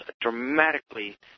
dramatically